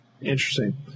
Interesting